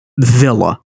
villa